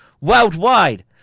worldwide